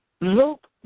Luke